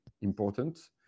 important